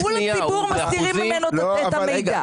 מול הציבור מסתירים ממנו את המידע.